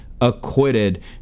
acquitted